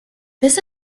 this